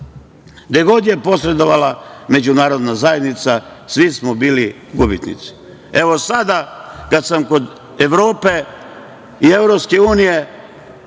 Gde god je posredovala međunarodna zajednica, svi smo bili gubitnici. Evo sada, kad sam kod Evrope i EU, članovi